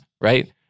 right